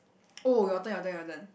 oh your turn your turn your turn